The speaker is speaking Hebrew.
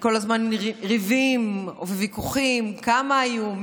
כל הזמן ריבים או ויכוחים, כמה היו.